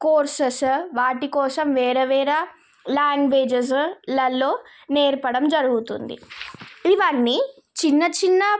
courses వాటి కోసం వేరే వేరే లాంగ్వేజెస్లల్లో నేర్పడం జరుగుతుంది ఇవన్నీ చిన్న చిన్న